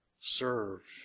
serve